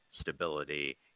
Stability